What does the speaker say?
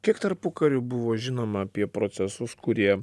kiek tarpukariu buvo žinoma apie procesus kurie